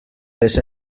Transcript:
les